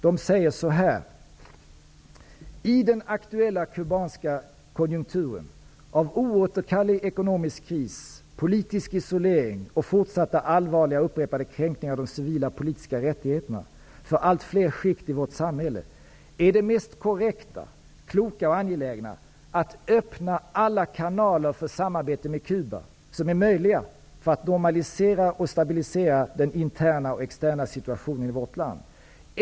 Man säger så här: ''I den aktuella kubanska konjunkturen, av oåterkallelig ekonomisk kris, politisk isolering och fortsatta allvarliga och upprepade kränkningar av de civila och politiska rättigheterna för allt fler skikt i vårt samhälle är det mest korrekta, kloka och angelägna, att öppna alla kanaler för samarbete med Kuba som är möjliga för att normalisera och stabilisera den interna och externa situationen i vårt land.